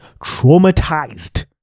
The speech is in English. traumatized